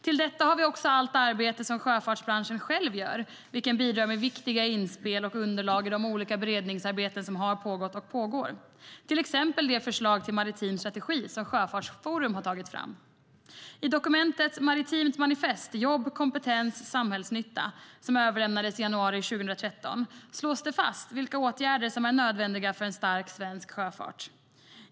Till detta har vi allt arbete som sjöfartsbranschen själv gör, vilket bidrar med viktiga inspel och underlag i de olika beredningsarbeten som har pågått och pågår. Det handlar till exempel om det förslag till en maritim strategi som Sjöfartsforum har tagit fram. I dokumentet Maritimt manifest - Jobb, kompetens, samhällsnytta , som överlämnades i januari 2013, slås det fast vilka åtgärder som är nödvändiga för en stark svensk sjöfart.